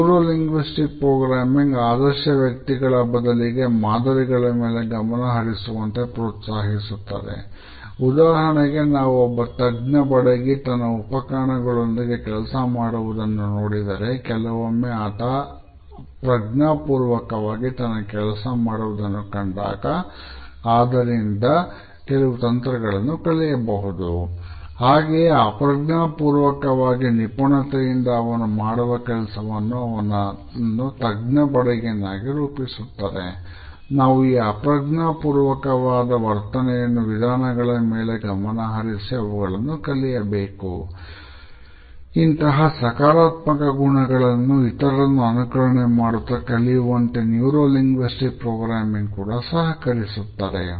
neuro linguistic programming ಸಹಕರಿಸುತ್ತದೆ